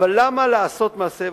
אבל למה לעשות מעשה?